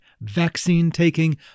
vaccine-taking